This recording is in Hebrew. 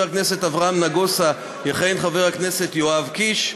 הכנסת אברהם נגוסה יכהן חבר הכנסת יואב קיש.